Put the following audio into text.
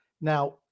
Now